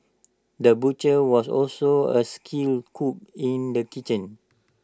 the butcher was also A skilled cook in the kitchen